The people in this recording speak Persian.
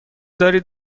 دارید